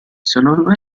sono